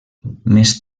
més